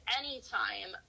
anytime